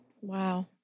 Wow